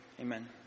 Amen